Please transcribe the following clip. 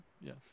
Yes